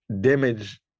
damage